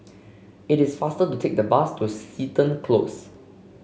it is faster to take the bus to Seton Close